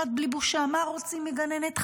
הוא עמד בלי בושה ואמר: מה רוצים מגננת חרדית?